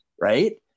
right